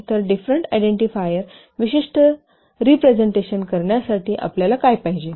तर different identifier विशिष्ट representation करण्यासाठी आपल्याला काय पाहिजे